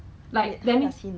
bonding and all that